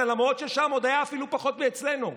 למרות ששם עוד היה אפילו פחות מאשר אצלנו.